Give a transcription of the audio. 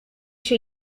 się